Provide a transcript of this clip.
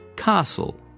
Castle